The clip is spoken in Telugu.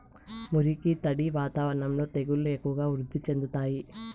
మురికి, తడి వాతావరణంలో తెగుళ్లు ఎక్కువగా వృద్ధి చెందుతాయి